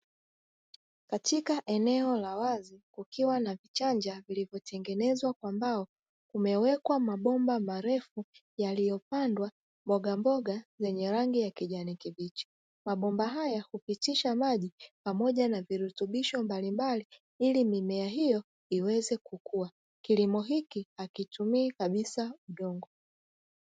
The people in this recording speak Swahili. Katika eneo la wazi, kukiwa na vichanja vilivyotengenezwa kwa mbao, kumewekwa mabomba marefu yaliyopandwa mbogamboga zenye rangi ya kijani kibichi, mabomba haya hupitisha maji pamoja virutubisho mbalimbali ili mimea hiyo iweze kukua. Kilimo hiki hakitumii kabisa udongo.